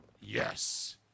Yes